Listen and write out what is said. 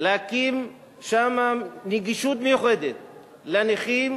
להקים נגישות מיוחדת לנכים,